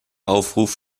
aufruf